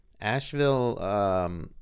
Asheville